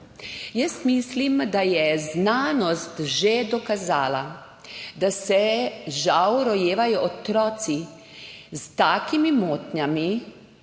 Mislim, da je znanost že dokazala, da se žal rojevajo otroci s takimi motnjami,